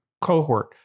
cohort